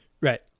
Right